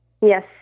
Yes